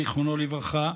זיכרונו לברכה,